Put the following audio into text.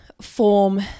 form